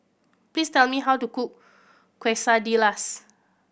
please tell me how to cook Quesadillas